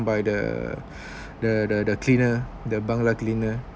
by the the the cleaner the bangla cleaner